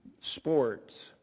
sports